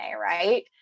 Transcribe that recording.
right